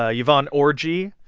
ah yvonne orji.